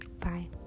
Bye